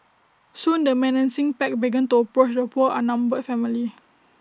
soon the menacing pack began to approach the poor outnumbered family